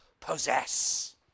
possess